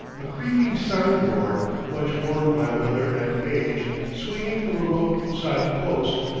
a creaking sign-board, much worn by weather and age, swinging from a roadside post,